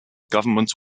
government